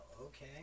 okay